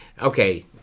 okay